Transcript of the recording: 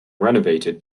renovated